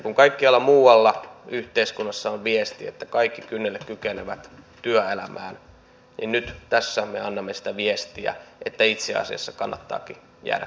kun kaikkialla muualla yhteiskunnassa on viesti että kaikki kynnelle kykenevät työelämään niin tässä me annamme viestiä että itse asiassa kannattaakin jäädä kotiin